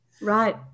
Right